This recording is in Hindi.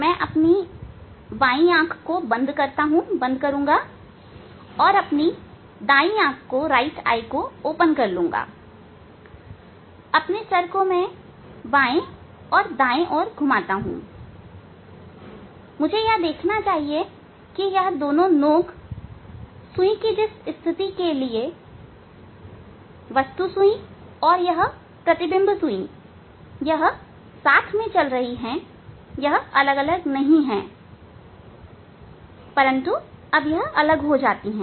मैं अपनी बाई आंख बंद करूंगा और अपनी दाई आंख खोल लूंगा मैं अपना सिर बाएं और दाएं घुमाता हूं और मुझे यह देखना चाहिए कि यह दोनों नोक सुई की जिस स्थिति के लिए वस्तु सुई और यह प्रतिबिंब सुई यह साथ में चल रही है यह अलग अलग नहीं है परंतु अब यह अलग हो जाती हैं